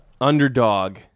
Underdog